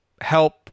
help